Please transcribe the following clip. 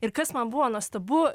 ir kas man buvo nuostabu